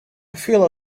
feel